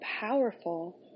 powerful